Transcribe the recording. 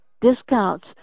discounts